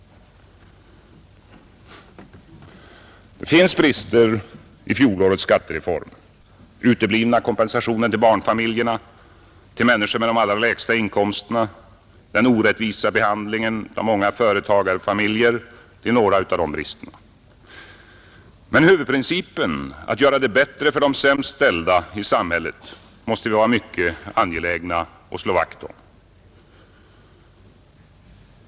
Det finns brister i fjolårets skattereform. Den uteblivna kompensationen till barnfamiljerna och till människor med de allra lägsta inkomsterna, den orättvisa behandlingen av många företagarfamiljer är några av de bristerna. Men huvudprincipen, att göra det bättre för de sämst ställda i samhället, måste vi vara angelägna att slå vakt om.